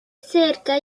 cerca